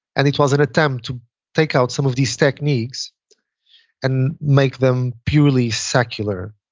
and it was an attempt to take out some of these techniques and make them purely secular,